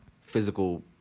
physical